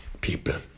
people